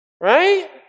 Right